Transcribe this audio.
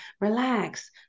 Relax